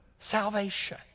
Salvation